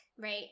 right